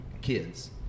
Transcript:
kids